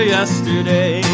yesterday